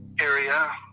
area